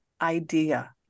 idea